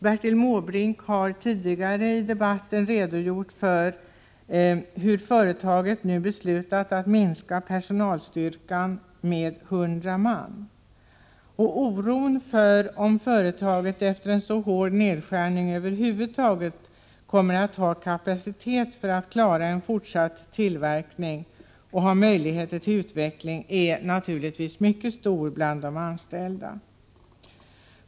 Bertil Måbrink har tidigare i debatten redogjort för att företaget nu beslutat minska personalstyrkan med 100 man. Oron för om företaget efter en så hård nedskärning över huvud taget kommer att ha kapacitet att klara av fortsatt tillverkning och ha möjligheter till utveckling är naturligtvis mycket stor bland de anställda.